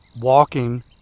walking